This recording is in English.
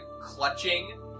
clutching